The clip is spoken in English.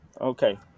Okay